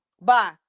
bye